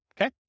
Okay